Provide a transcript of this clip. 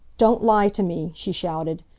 don't lie to me! she shouted.